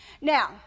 Now